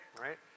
right